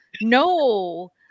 no